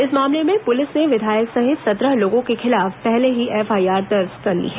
इस मामले में पुलिस ने विधायक सहित सत्रह लोगों के खिलाफ पहले ही एफआईआर दर्ज कर ली है